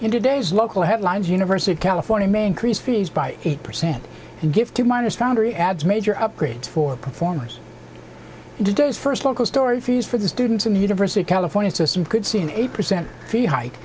in today's local headlines university of california may increase fees by eight percent and give to minors foundry adds major upgrades for performers in today's first local story fees for the students from the university of california system could see an eight percent fee hike